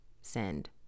send